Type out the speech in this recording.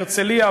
הרצלייה,